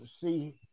see